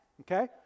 okay